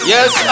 Yes